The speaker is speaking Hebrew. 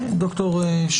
ברור.